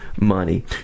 money